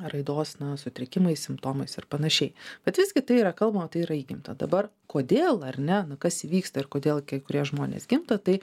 raidos sutrikimais simptomais ir panašiai bet visgi tai yra kalbama tai yra įgimta dabar kodėl ar ne nu kas įvyksta ir kodėl kai kurie žmonės gimdo tai